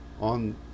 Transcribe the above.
on